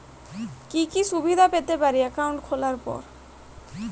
কি কি সুবিধে পেতে পারি একাউন্ট খোলার পর?